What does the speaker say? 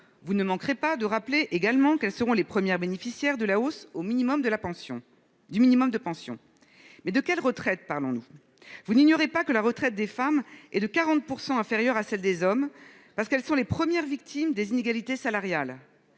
vous ne manquerez pas de rappeler également qu'elles seront les premières bénéficiaires de la hausse au minimum de la pension du minimum de pension. Mais de quelle retraite parlons-nous. Vous n'ignorez pas que la retraite des femmes est de 40% inférieure à celle des hommes parce qu'elles sont les premières victimes des inégalités salariales.